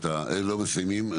לא מסיימים,